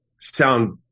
sound